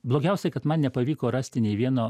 blogiausiai kad man nepavyko rasti nei vieno